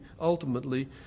ultimately